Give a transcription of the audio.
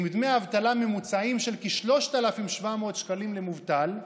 עם דמי אבטלה ממוצעים של כ-3,700 שקלים למובטל,